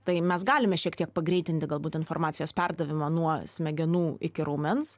tai mes galime šiek tiek pagreitinti galbūt informacijos perdavimą nuo smegenų iki raumens